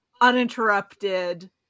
uninterrupted